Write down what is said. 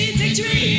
victory